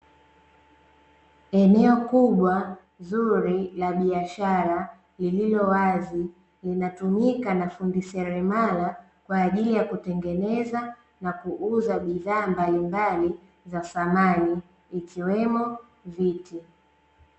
Eneo kubwa zuri la biashara lililo wazi, linatumika na fundi seremala kwa ajili ya kutengeneza na kuuza bidhaa mbalimbali za samani, ikiwemo viti.